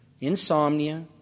insomnia